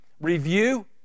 Review